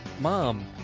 mom